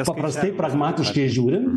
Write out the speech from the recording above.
paprastai pragmatiškai žiūrint